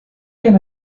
can